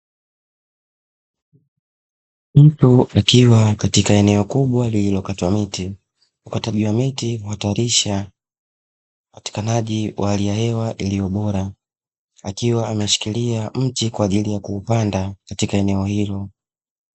Mtu akiwa katika eneo kubwa lililokatwa mti, ukataji wa miti huhatarisha upatikanaji wa hali ya hewa iliyo bora, akiwa ameshikilia mti kwa ajili ya kuupanda katika eneo hilo.